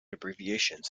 abbreviations